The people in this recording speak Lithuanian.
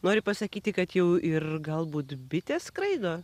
nori pasakyti kad jau ir galbūt bitės skraido